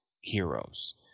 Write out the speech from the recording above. heroes